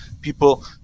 people